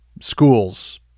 schools